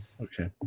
Okay